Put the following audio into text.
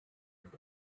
und